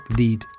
lead